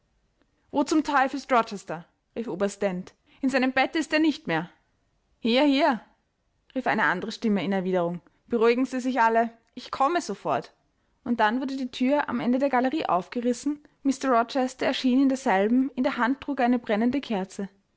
zum teufel ist rochester rief oberst dent in seinem bette ist er nicht mehr hier hier rief eine andere stimme in erwiderung beruhigen sie sich alle ich komme sofort und dann wurde die thür am ende der galerie aufgerissen mr rochester erschien in derselben in der hand trug er eine brennende kerze